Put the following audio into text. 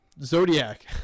Zodiac